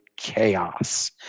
chaos